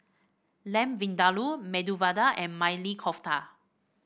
Lamb Vindaloo Medu Vada and Maili Kofta